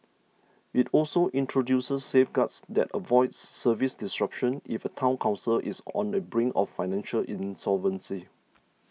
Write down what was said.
it also introduces safeguards that avoid service disruptions if a Town Council is on the brink of financial insolvency